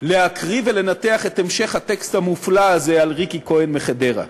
להקריא ולנתח את המשך הטקסט המופלא הזה על ריקי כהן מחדרה,